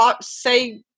say